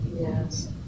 Yes